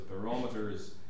barometers